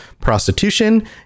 prostitution